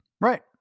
Right